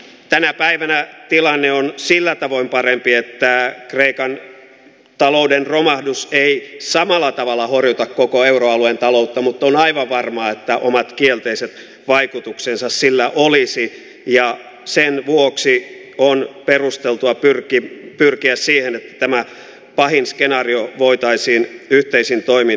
tänä päivänä tilanne on sillä tavoin parempi että kreikan talouden romahdus ei samalla tavalla horjuta koko euroalueen taloutta mutta on aivan varmaa että omat kielteiset vaikutuksensa sillä olisi ja sen vuoksi on perusteltua pyrkiä siihen että tämä pahin skenaario voitaisiin yhteisin toimin välttää